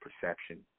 perception